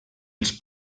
els